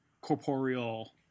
corporeal